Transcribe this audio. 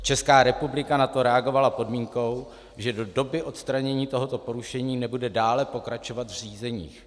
Česká republika na to reagovala podmínkou, že do doby odstranění tohoto porušení nebude dále pokračovat v řízeních.